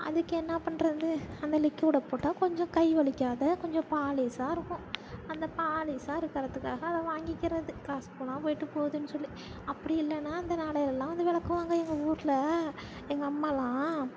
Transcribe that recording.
அதுக்கு என்ன பண்றது அந்த லிக்கியுடை போட்டால் கொஞ்சம் கை வலிக்காத கொஞ்சம் பாலிஷா இருக்கும் அந்த பாலிஷா இருக்கிறதுக்காக அதை வாங்கிக்கிறது காசுப் போனால் போயிட்டு போகுதுனு சொல்லி அப்படி இல்லைனா அந்த நாளையெல்லாம் வந்து விளக்குவாங்க எங்கள் ஊரில் எங்கள் அம்மாலாம்